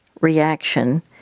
reaction